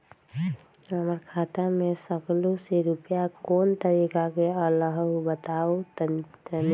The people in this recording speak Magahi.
हमर खाता में सकलू से रूपया कोन तारीक के अलऊह बताहु त तनिक?